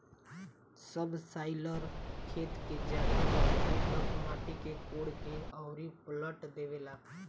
subsoiler खेत के ज्यादा गहराई तक माटी के कोड़ के अउरी पलट देवेला